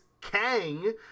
Kang